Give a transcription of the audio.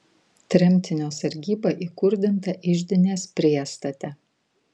tremtinio sargyba įkurdinta iždinės priestate